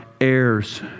heirs